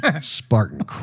Spartan